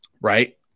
right